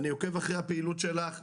אני עוקב אחרי הפעילות שלך ובאמת,